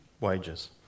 wages